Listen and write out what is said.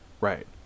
right